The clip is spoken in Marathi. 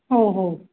हो हो